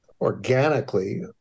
organically